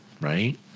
right